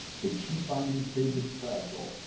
the cheap bindings made them fragile,